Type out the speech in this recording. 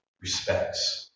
respects